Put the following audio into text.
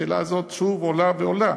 השאלה הזאת עולה שוב ושוב,